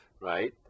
right